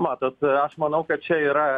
matot aš manau kad čia yra